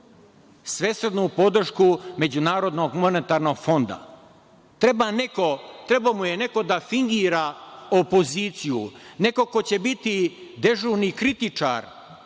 svesrdnu podršku Međunarodnog humanitarnog fonda. Trebao mu je neko da fingira opoziciju, neko ko će biti dežurni kritičar.